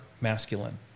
masculine